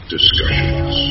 Discussions